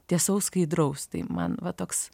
tiesaus skaidraus tai man va toks